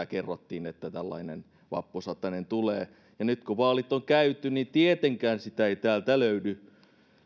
kerrottiin että tällainen vappusatanen tulee ja nyt kun vaalit on käyty niin tietenkään sitä ei täältä löydy